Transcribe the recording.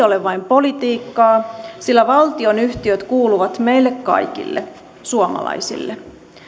ole vain politiikkaa sillä valtionyhtiöt kuuluvat meille kaikille suomalaisille